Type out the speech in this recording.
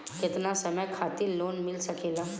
केतना समय खातिर लोन मिल सकेला?